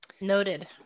Noted